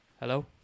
Hello